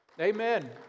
Amen